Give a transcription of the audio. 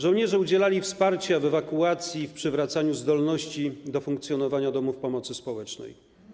Żołnierze udzielali wsparcia w ewakuacji, w przywracaniu zdolności do funkcjonowania domów pomocy społecznej.